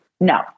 No